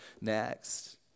next